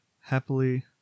happily